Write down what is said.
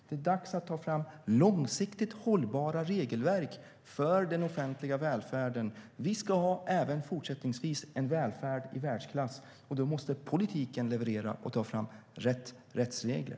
Det är dags att ta fram långsiktigt hållbara regelverk för den offentliga välfärden. Vi ska även fortsättningsvis ha en välfärd i världsklass, och då måste politiken leverera och ta fram rätt rättsregler.